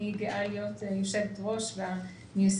אני גאה להיות יושבת-ראש והמייסדת.